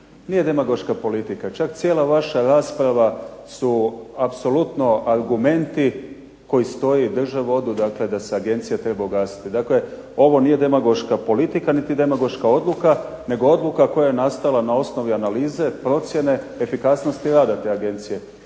Nije demagoška politika, čak cijela vaša rasprava su apsolutno argumenti koji stoje i drže vodu dakle da se agencija treba ugasiti. Dakle, ovo nije demagoška politika niti demagoška odluka nego odluka koja je nastala na osnovi analize procjene efikasnosti rada te agencije.